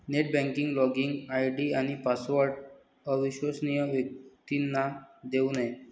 net banking login ID आणि password अविश्वसनीय व्यक्तींना देऊ नये